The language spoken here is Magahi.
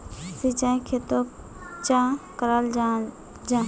सिंचाई खेतोक चाँ कराल जाहा जाहा?